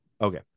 Okay